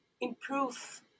improve